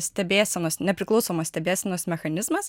stebėsenos nepriklausomos stebėsenos mechanizmas